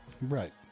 Right